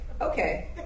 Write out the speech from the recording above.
Okay